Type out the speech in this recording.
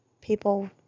people